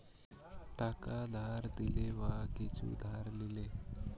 টাকা ধার দিলে বা কিছু ধার লিলে